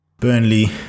Burnley